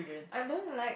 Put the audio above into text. I don't like